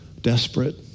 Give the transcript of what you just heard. desperate